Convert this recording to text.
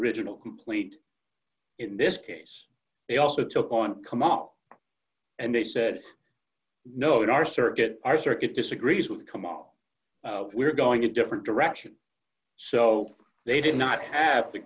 original complete in this case they also took on come out and they said no in our circuit our circuit disagrees with kemal we're going a different direction so they did not have the